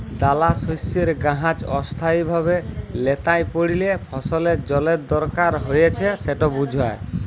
দালাশস্যের গাহাচ অস্থায়ীভাবে ল্যাঁতাই পড়লে ফসলের জলের দরকার রঁয়েছে সেট বুঝায়